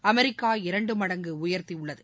America இரண்டு மடங்கு உயர்த்தியுள்ளது